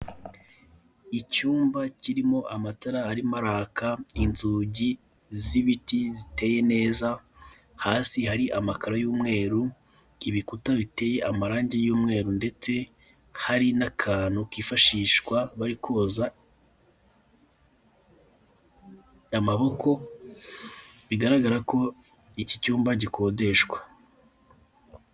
Icyumba kirimo amatara arimo araka inzugi z'ibiti ziteye neza, hasi hari amakaro y'umweru ibikuta biteye amarange y'umweru ndetse hari n'akantu kifashishwa bari koza amaboko bigaragara ko iki cyumba gikodeshwa.